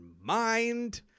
mind